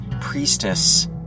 Priestess